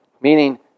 Meaning